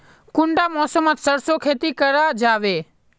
कुंडा मौसम मोत सरसों खेती करा जाबे?